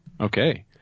Okay